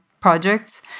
projects